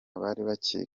bakiri